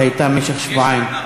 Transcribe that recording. שהייתה במשך שבועיים.